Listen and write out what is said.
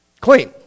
clean